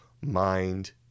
mind